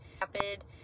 rapid